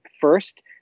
first